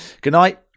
Goodnight